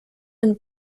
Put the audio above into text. and